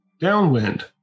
Downwind